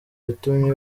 yatumye